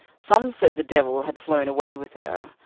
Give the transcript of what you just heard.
some said the devil had flown away with her,